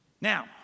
Now